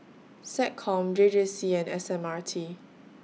Seccom J J C and S M R T